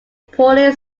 poorly